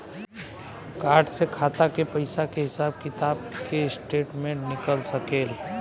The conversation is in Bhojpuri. कार्ड से खाता के पइसा के हिसाब किताब के स्टेटमेंट निकल सकेलऽ?